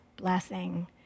blessing